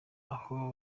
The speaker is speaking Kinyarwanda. aho